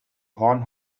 horn